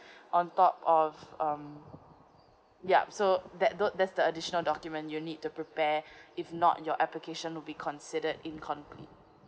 on top of um yup so that those that's the additional document you need to prepare if not your application would be considered incomplete